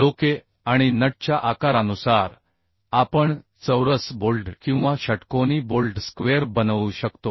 head आणि नटच्या आकारानुसार आपण चौरस बोल्ट किंवा षटकोनी बोल्ट स्क्वेअर बनवू शकतो